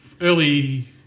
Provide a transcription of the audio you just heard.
early